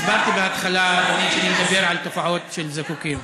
הסברתי בהתחלה שאני מדבר על תופעות של זיקוקים.